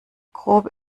grob